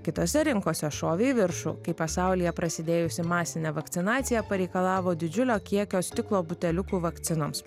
kitose rinkose šovė į viršų kai pasaulyje prasidėjusi masinė vakcinacija pareikalavo didžiulio kiekio stiklo buteliukų vakcinoms